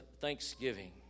thanksgiving